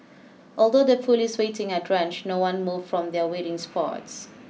although the police waiting are drenched no one moved from their waiting spots